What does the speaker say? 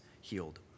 healed